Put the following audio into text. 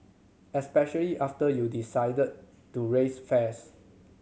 especially after you decided to raise fares